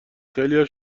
خیلیا